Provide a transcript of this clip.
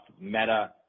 Meta